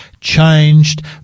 changed